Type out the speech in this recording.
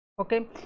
Okay